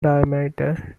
diameter